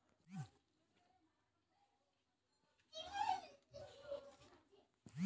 आमदनी पर लगने वाला कर आयकर होता है